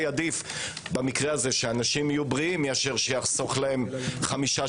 עדיף במקרה הזה שאנשים יהיו בריאים מאשר שיחסוך להם 5,